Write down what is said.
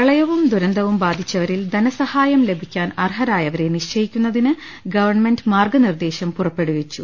പ്രളയവും ദുരന്തവും ബാധിച്ചവരിൽ ധനസഹായം ലഭിക്കാൻ അർഹരായവരെ നിശ്ചയിക്കുന്നതിന് ഗവൺമെന്റ് മാർഗനിർദേശം പുറപ്പെടുവിച്ചു